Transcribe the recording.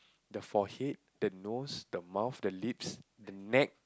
the forehead the nose the mouth the lips the neck